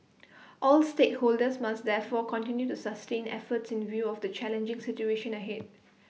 all stakeholders must therefore continue to sustain efforts in view of the challenging situation ahead